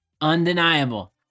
undeniable